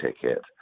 ticket